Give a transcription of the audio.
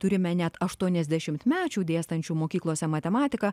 turime net aštuoniasdešimtmečių dėstančių mokyklose matematiką